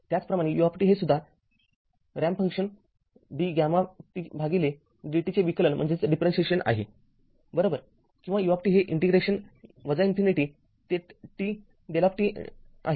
त्याचप्रमाणे u हे सुद्धा रॅम्प फंक्शन d γt भागिले dt चे विकलन आहे बरोबर किंवा u हे इंटिग्रेशन इन्फिनिटी ते t δdt आहे